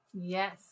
Yes